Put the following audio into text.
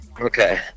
Okay